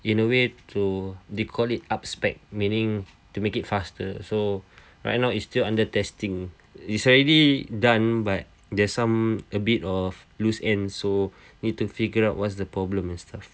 in a way to they call it up spec meaning to make it faster so right now it's still under testing it's already done by there's some a bit of loose ends to need to figure out what's the problem and stuff